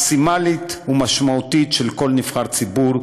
מקסימלית ומשמעותית של כל נבחר ציבור,